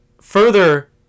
further